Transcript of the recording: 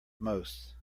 most